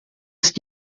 ist